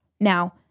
Now